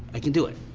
i can do it.